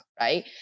right